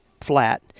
flat